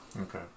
Okay